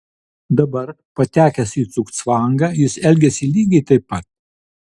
dabar patekęs į cugcvangą jis elgiasi lygiai taip pat